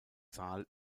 zahl